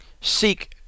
seek